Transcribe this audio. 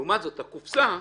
לעומת זאת הקופסה תגיד: